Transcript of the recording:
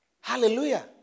Hallelujah